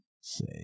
say